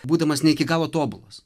būdamas ne iki galo tobulas